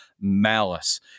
malice